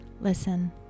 listen